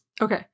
Okay